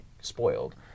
spoiled